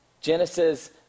Genesis